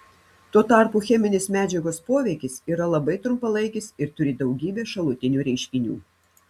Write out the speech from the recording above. tuo tarpu cheminės medžiagos poveikis yra labai trumpalaikis ir turi daugybę šalutinių reiškinių